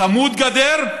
צמוד גדר,